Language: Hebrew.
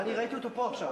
אני ראיתי אותו פה.